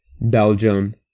Belgium